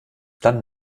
dann